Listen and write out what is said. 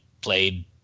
played